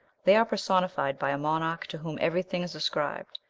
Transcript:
they are personified by a monarch to whom everything is ascribed,